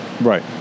Right